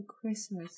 Christmas